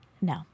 No